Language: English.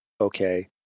okay